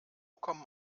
kommen